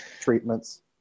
treatments